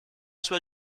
sua